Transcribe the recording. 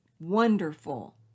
wonderful